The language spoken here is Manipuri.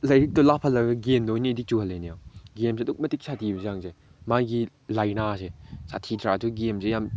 ꯂꯥꯏꯔꯤꯛꯇꯣ ꯂꯥꯞꯐꯜꯂꯒ ꯒꯦꯝꯗ ꯑꯣꯏꯅ ꯑꯦꯗꯤꯛ ꯆꯨꯍꯜꯂꯤꯅꯦꯕ ꯒꯦꯝꯁꯦ ꯑꯗꯨꯛꯀꯤ ꯃꯇꯤꯛ ꯁꯥꯊꯤꯕꯒꯤ ꯆꯥꯡꯁꯦ ꯃꯥꯒꯤ ꯂꯥꯏꯅꯥꯁꯦ ꯁꯥꯊꯤꯗ꯭ꯔꯥ ꯑꯗꯨ ꯒꯦꯝꯁꯦ ꯌꯥꯝ